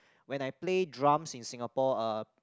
when I play drums in Singapore uh